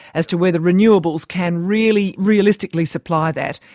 as to whether renewables can really realistically supply that,